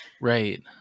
Right